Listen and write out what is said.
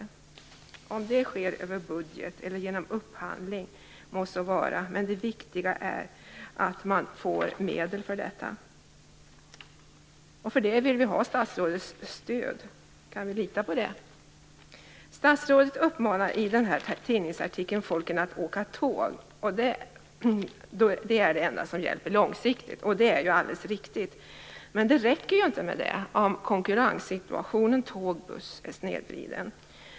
Må så vara om det sker över budget eller genom upphandling, men det viktiga är att man får medel för detta. För det vill vi ha statsrådets stöd. Kan vi lita på det? Statsrådet uppmanar i den tidningsartikel jag håller i min hand människor att åka tåg. Det är det enda som hjälper långsiktigt. Det är alldeles riktigt. Men det räcker inte med det om konkurrenssituationen tåg-buss är snedvriden.